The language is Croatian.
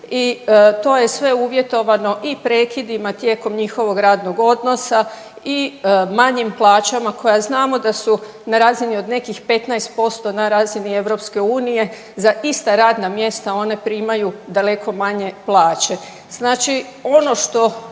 i to je sve uvjetovano i prekidima tijekom njihovog radnog odnosa i manjim plaćama koja znamo da su na razini od nekih 15% na razini EU, za ista radna mjesta one primaju daleko manje plaće. Znači ono što